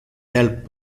del